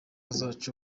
zacu